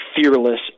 fearless